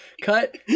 cut